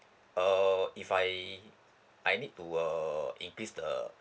uh if I I need to uh increase the